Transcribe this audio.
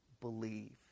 Believe